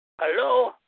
Hello